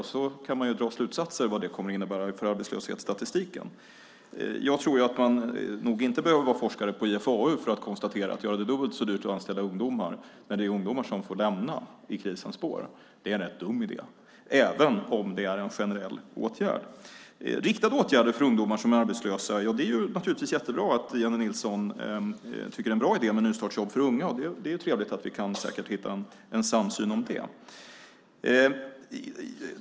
Sedan kan man dra slutsatser om vad det kommer att innebära för arbetslöshetsstatistiken. Jag tror att man inte behöver vara forskare på IFAU för att konstatera att det är en rätt dum idé att göra det dubbelt så dyrt att anställa ungdomar när det är ungdomar som får lämna jobben i krisens spår, även om det är en generell åtgärd. Det är naturligtvis bra att Jennie Nilsson tycker att riktade åtgärder för ungdomar som är arbetslösa, nystartsjobb för unga, är en bra idé. Det är trevligt att vi kan hitta en samsyn om det.